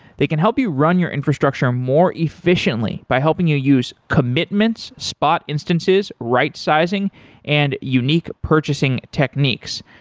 they can help you run your infrastructure more efficiently by helping you use commitments, spot instances, right sizing and unique purchasing techniques.